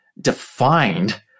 defined